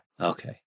Okay